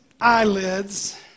eyelids